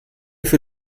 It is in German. für